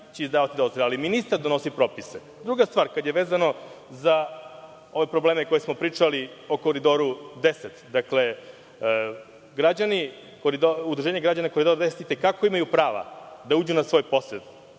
će izdavati dozvole, ali ministar donosi propise. Druga stvar, kada je vezano za ove probleme o kojima smo pričali o Koridoru 10. Dakle, udruženje građana Koridora 10 i te kako imaju prava da uđu na svoj posed.